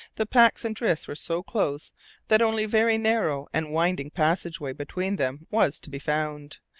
the packs and drifts were so close that only very narrow and winding passage-way between them was to be found,